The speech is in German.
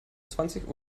zwanzig